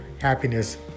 happiness